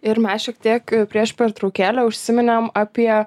ir mes šiek tiek prieš pertraukėlę užsiminėm apie